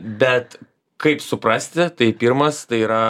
bet kaip suprasti tai pirmas tai yra